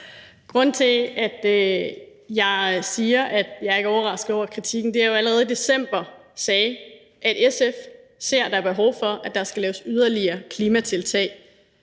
Grunden til, at jeg siger, at jeg ikke er overrasket over kritikken, er, at jeg jo allerede i december sagde, at SF ser, at der er behov for, at der skal laves yderligere klimatiltag.